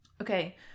Okay